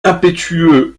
impétueux